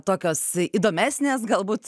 tokios įdomesnės galbūt